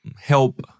help